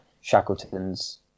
Shackleton's